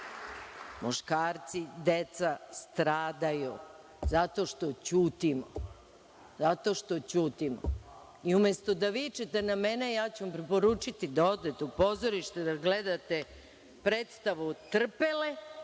muškarci, deca stradaju. Zato što ćutimo. Zato što ćutimo.I, umesto da vičete na mene, ja ću vam preporučiti da odete u pozorište, da gledate predstavu „Trpele“